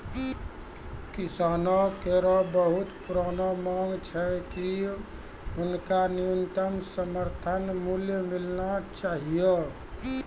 किसानो केरो बहुत पुरानो मांग छै कि हुनका न्यूनतम समर्थन मूल्य मिलना चाहियो